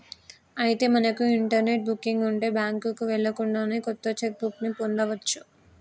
అయితే మనకు internet booking ఉంటే బ్యాంకుకు వెళ్ళకుండానే కొత్త చెక్ బుక్ ని పొందవచ్చు